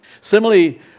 Similarly